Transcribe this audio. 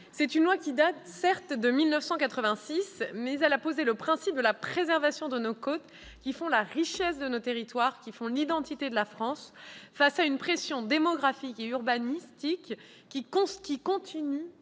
loi. Celle-ci date, certes, de 1986, mais elle a posé le principe de la préservation de nos côtes, qui font la richesse de nos territoires et l'identité de la France, face à une pression démographique et urbanistique qui continue